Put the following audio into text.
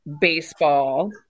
baseball